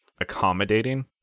accommodating